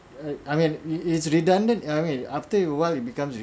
I I mean it it's redundant I mean after awhile it becomes